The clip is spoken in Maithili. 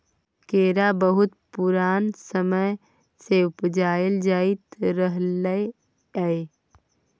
केरा बहुत पुरान समय सँ उपजाएल जाइत रहलै यै